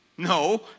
No